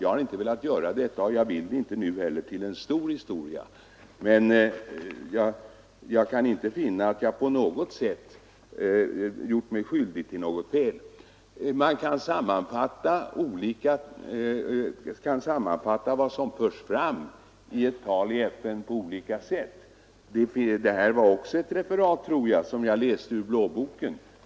Jag har inte velat — och jag vill inte nu heller — göra det här till en stor historia, men jag kan inte finna att jag på något sätt gjort mig skyldig till ett fel. Man kan sammanfatta vad som förs fram i ett tal i FN på olika sätt. Det som jag läste ur blå boken var också ett referat, tror jag.